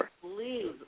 please